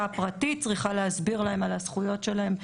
הפרטית צריכה להסביר להם על הזכויות שלהן.